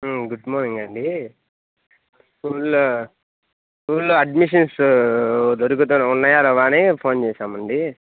good morning అండి స్కూల్లో స్కూల్లో అడ్మిషన్స్ దొరకత ఉన్నాయో లేవో అని ఫోన్ చేసామండి